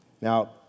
Now